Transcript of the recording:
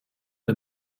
der